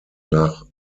nach